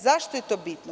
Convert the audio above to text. Zašto je to bitno.